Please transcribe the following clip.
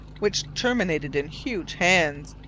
which terminated in huge hands.